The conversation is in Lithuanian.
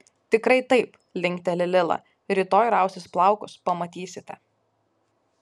tikrai taip linkteli lila rytoj rausis plaukus pamatysite